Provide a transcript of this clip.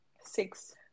Six